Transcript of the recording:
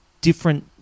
different